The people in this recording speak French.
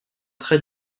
très